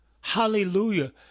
hallelujah